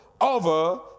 over